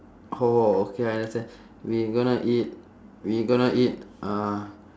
orh okay I understand we gonna eat we gonna eat uh